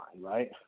right